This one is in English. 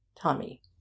tommy